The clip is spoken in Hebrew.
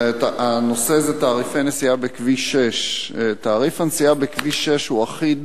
הנושא הוא תעריפי הנסיעה בכביש 6. תעריף הנסיעה בכביש 6 הוא אחיד